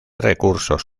recursos